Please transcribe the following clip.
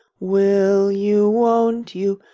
will you, won't you,